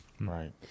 Right